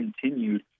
continued